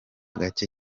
gake